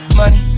money